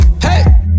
Hey